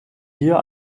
hier